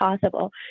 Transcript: possible